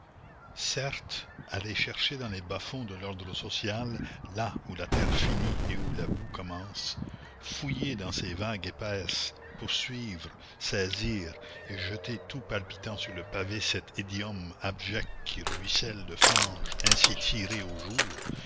certes aller chercher dans les bas-fonds de l'ordre social là où la terre finit et où la boue commence fouiller dans ces vagues épaisses poursuivre saisir et jeter tout palpitant sur le pavé cet idiome abject qui ruisselle de fange ainsi tiré au jour